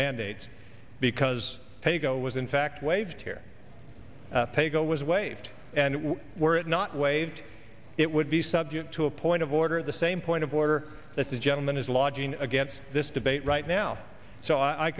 mandates because paygo was in fact waived here pay go was waived and we were not waived it would be subject to a point of order the same point of order that the gentleman is lodging to get this debate right now so i